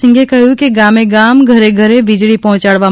સિંઘે કહ્યું ગામે ગામ ઘરે ઘરે વીજળી પહોંચાડવા